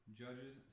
judges